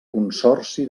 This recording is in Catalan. consorci